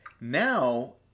Now